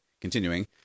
Continuing